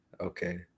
Okay